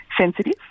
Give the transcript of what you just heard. sensitive